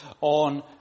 on